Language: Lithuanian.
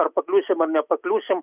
ar pakliūsim ar nepakliūsim